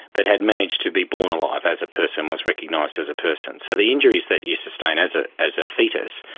but had managed to be born alive as a person, was recognised as a person. so the injuries that you sustain as ah as a fetus,